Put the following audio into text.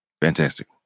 fantastic